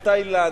בתאילנד,